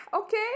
okay